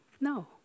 No